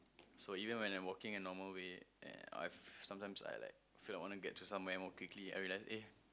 so even when I'm walking in normal way and I've sometimes I like feel like want to get to somewhere more quickly I realize eh